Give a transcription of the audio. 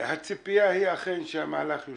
הציפייה היא אכן שהמהלך יושלם.